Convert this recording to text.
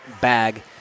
bag